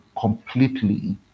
completely